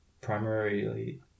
primarily